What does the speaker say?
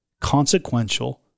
consequential